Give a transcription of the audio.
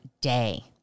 day